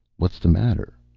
what's the matter?